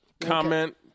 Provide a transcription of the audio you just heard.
Comment